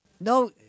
No